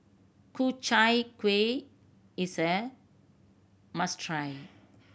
Ku Chai Kueh is a must try